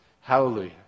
Hallelujah